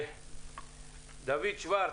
דור שוורץ,